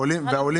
ומה עם העולים?